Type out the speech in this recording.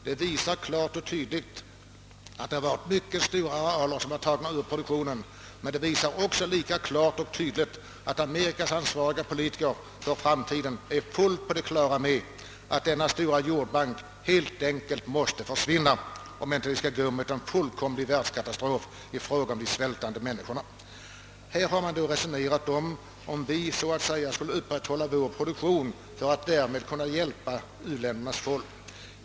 Detta visar att mycket stora arealer har tagits ur produktionen, men det visar också lika tydligt att Amerikas ansvariga politiker för framtiden är fullt på det klara med att denna stora jordbank helt enkelt måste försvinna, om man inte skall gå mot en fullständig världskatastrof med svältande människor. Här har resonerats om huruvida vi i Sverige skall upprätthålla vår jordbruksproduktion för att kunna hjälpa u-ländernas folk.